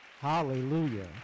Hallelujah